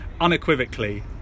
unequivocally